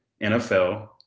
NFL